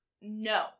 No